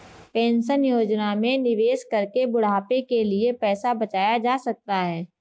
pension योजना में निवेश करके बुढ़ापे के लिए पैसा बचाया जा सकता है